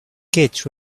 git